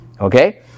Okay